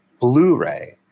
Blu-ray